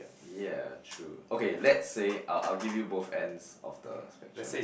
ya true okay let's say I'll I'll give you both ends of the spectrum